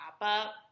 pop-up